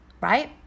right